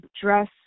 dress